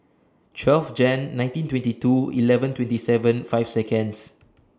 twelve Jan nineteen twenty two eleven twenty seven five Seconds